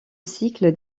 cycle